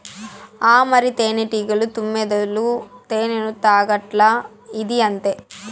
ఆ మరి, తేనెటీగలు, తుమ్మెదలు తేనెను తాగట్లా, ఇదీ అంతే